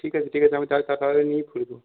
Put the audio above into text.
ঠিক আছে ঠিক আছে আমি তাহলে তাড়াতাড়ি নিয়ে ফিরবো